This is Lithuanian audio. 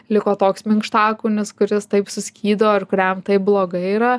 liko toks minkštakūnis kuris taip suskydo ir kuriam taip blogai yra